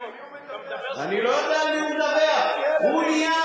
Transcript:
איזה שטויות, אתה מדבר שטויות.